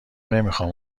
نمیخام